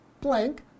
blank